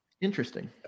Interesting